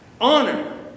honor